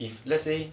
if let's say good I